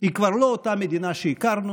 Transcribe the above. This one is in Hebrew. היא כבר לא אותה מדינה שהכרנו.